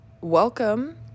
Welcome